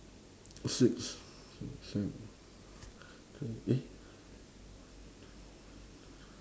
six six seven eh